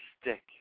stick